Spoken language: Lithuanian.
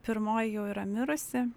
pirmoji jau yra mirusi